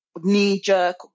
knee-jerk